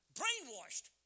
brainwashed